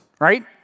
right